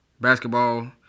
basketball